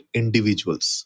individuals